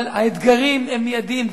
אבל האתגרים הם מיידיים,